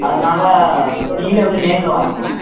அதனால் நீங்களே வந்து நேரில் வாங்கிக்கோங்க